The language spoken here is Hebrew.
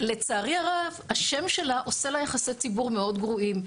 לצערי הרב השם שלה עושה לה יחסי ציבור מאוד גרועים,